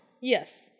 Yes